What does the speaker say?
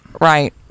right